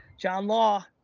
jon law.